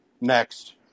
Next